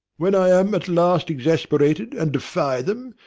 when i am at last exasperated and defy them,